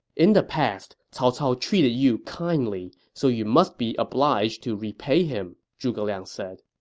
in the past, cao cao treated you kindly, so you must be obliged to repay him, zhuge liang said.